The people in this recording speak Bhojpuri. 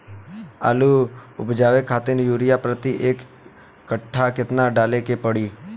आलू उपजावे खातिर यूरिया प्रति एक कट्ठा केतना डाले के पड़ी?